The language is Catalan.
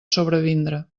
sobrevindre